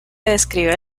describe